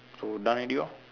so done already lor